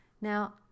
Now